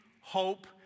hope